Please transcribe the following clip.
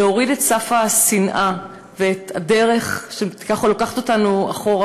להוריד את סף השנאה ואת הדרך שככה לוקחת אותנו אחורה,